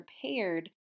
prepared